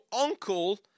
uncle